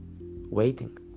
waiting